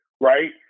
right